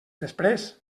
després